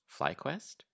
FlyQuest